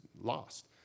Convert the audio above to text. lost